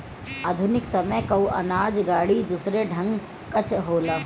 आधुनिक समय कअ अनाज गाड़ी दूसरे ढंग कअ होला